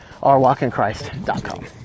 OurWalkInChrist.com